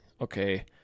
okay